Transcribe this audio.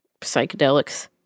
psychedelics